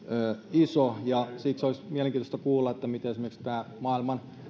iso ja siksi olisi mielenkiintoista kuulla miten esimerkiksi maailman